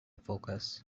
focus